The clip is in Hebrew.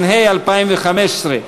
התשע"ה 2015,